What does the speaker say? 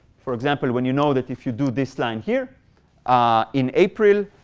for example, when you know that if you do this line here in april,